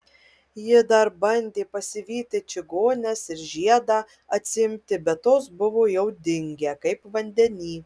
ji dar bandė pasivyti čigones ir žiedą atsiimti bet tos buvo jau dingę kaip vandeny